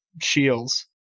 Shields